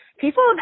people